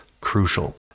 crucial